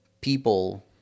people